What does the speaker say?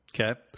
Okay